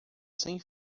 sem